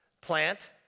plant